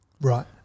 Right